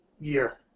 year